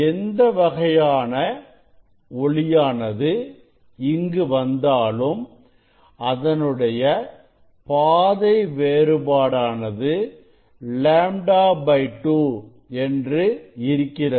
எந்த வகையான ஒளியானது இங்கு வந்தாலும் அதனுடைய பாதை வேறுபாடானது λ2 என்று இருக்கிறது